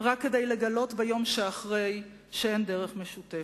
רק כדי לגלות ביום שאחרי שאין דרך משותפת,